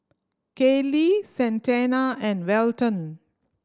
Kaylie Santana and Welton